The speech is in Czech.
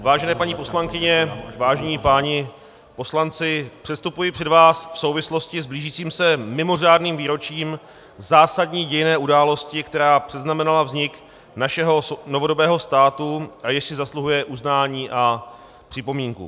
Vážené paní poslankyně, vážení páni poslanci, předstupuji před vás v souvislosti s blížícím se mimořádným výročím zásadní dějinné události, která předznamenala vznik našeho novodobého státu a jež si zasluhuje uznání a připomínku.